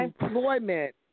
employment